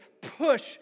push